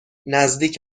نزدیک